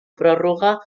pròrroga